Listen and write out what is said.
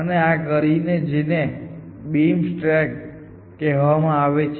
અમે બીજું data structure બનાવીને આ કરીએ છીએ જેને બીમ સ્ટેક કહેવામાં આવે છે